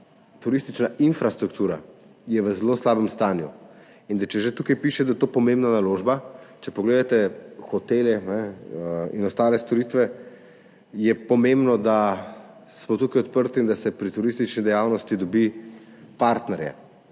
turistična infrastruktura v zelo slabem stanju in da če že tukaj piše, da je to pomembna naložba, če pogledate hotele in ostale storitve, je pomembno, da smo tukaj odprti in da se pri turistični dejavnosti dobi partnerje,